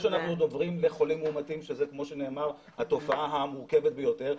לפני שאנחנו מדברים בחולים מאומתים שזה כמו שנאמר התופעה המורכבת ביותר,